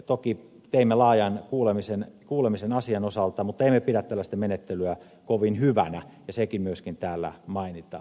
toki teimme laajan kuulemisen asian osalta mutta emme pidä tällaista menettelyä kovin hyvänä ja myös sekin täällä mainitaan